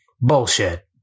Bullshit